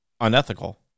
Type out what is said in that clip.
unethical